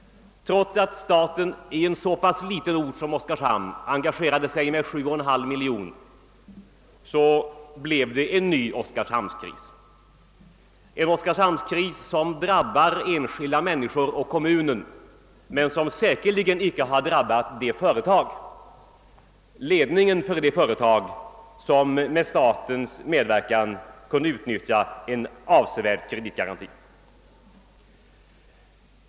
Trots att staten i Oskarshamn engagerade sig med 7,5 miljoner kronor, blev det en ny oskarshamnskris, en kris som drabbar enskilda människor och kommunen men som säkerligen icke har drabbat ledningen för det företag som med statens medverkan kunde utnyttja en avsevärd kreditgaranti.